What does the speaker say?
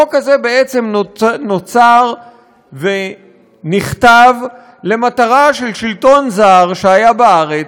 החוק הזה בעצם נוצר ונכתב למטרה של שלטון זר שהיה בארץ,